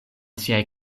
siaj